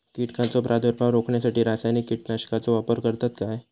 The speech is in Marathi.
कीटकांचो प्रादुर्भाव रोखण्यासाठी रासायनिक कीटकनाशकाचो वापर करतत काय?